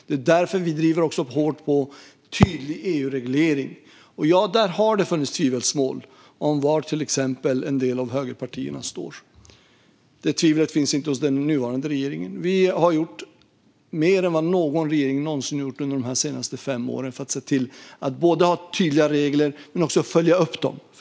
Det är därför vi driver på hårt för tydlig EU-reglering. Ja, där har det funnits tvivelsmål om var till exempel en del av högerpartierna står. Något tvivel finns inte när det gäller den nuvarande regeringen. Vi har under de senaste fem åren gjort mer än vad någon regering någonsin har gjort för att se till att vi både har tydliga regler och att vi följer upp dem.